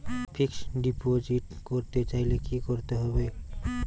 Fixed deposit করতে চাইলে কি করতে হবে?